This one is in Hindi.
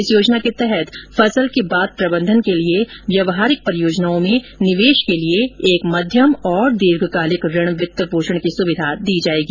इस योजना के तहत फसल के बाद प्रबंधन के लिए व्यवहारिक परियोजनाओं में निवेश के लिए एक मध्यम और दीर्घकालिक ऋण वित्तपोषण की सुविधा दी जाएगी